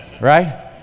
Right